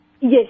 Yes